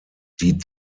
die